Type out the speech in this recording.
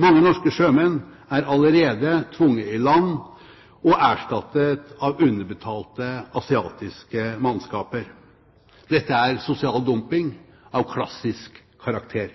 Mange norske sjømenn er allerede tvunget i land og erstattet av underbetalte asiatiske mannskaper. Dette er sosial dumping av klassisk karakter.